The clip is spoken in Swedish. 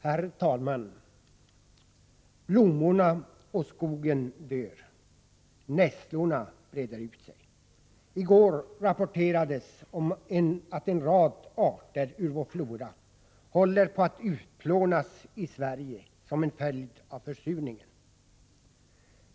Herr talman! Blommorna och skogen dör — nässlorna breder ut sig. I går rapporterades att en rad arter i vår flora håller på att utplånas som en följd av försurningen.